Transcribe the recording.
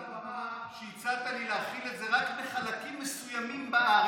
למה לא תגיד מעל הבמה שהצעת לי להחיל את זה רק בחלקים מסוימים בארץ?